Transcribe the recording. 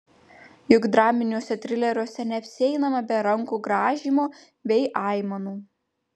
juk draminiuose trileriuose neapsieinama be rankų grąžymo bei aimanų